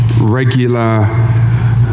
regular